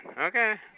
Okay